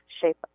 shape